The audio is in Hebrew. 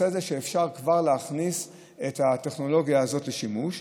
הזה שאפשר כבר להכניס את הטכנולוגיה הזאת לשימוש.